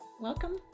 Welcome